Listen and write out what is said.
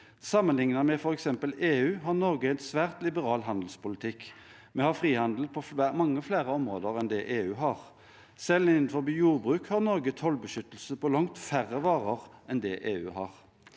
Sammenlignet med f.eks. EU har Norge en svært liberal handelspolitikk. Vi har frihandel på mange flere områder enn det EU har. Selv innenfor jordbruk har Norge tollbeskyttelse på langt færre varer enn det EU har.